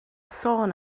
sôn